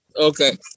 okay